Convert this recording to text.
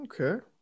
Okay